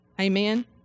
Amen